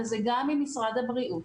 וזה גם ממשרד הבריאות,